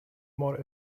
more